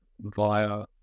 via